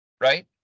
right